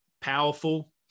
Powerful